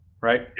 Right